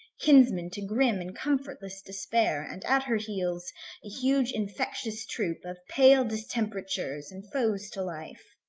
kinsman to grim and comfortless despair, and at her heels a huge infectious troop of pale distemperatures and foes to life?